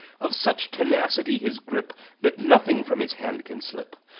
of such tenacity his grip that nothing from his hand can slip.